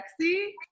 sexy